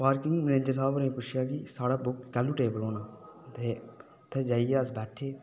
parking manager साह्ब होरे गी पुच्छेआ कि साढ़ा बुक कालूं टेबल होना ते उत्थै जाइयै अस बैठे